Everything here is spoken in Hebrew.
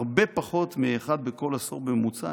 הרבה פחות מאחד בכל עשור בממוצע.